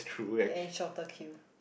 and shorter queue